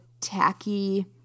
tacky